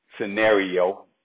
scenario